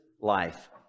life